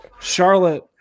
Charlotte